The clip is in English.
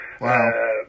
Wow